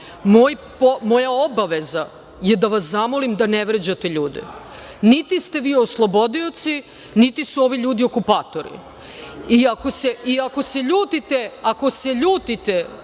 Moja obaveza je da vas zamolim da ne vređate ljude. Niti ste vi oslobodioci, niti su ovi ljudi okupatori. Ako se ljutite